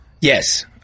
Yes